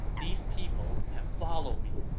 these people have followed me,